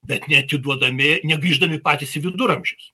bet neatiduodami negrįždami patys į viduramžius